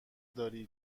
داری